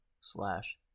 slash